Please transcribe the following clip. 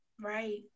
right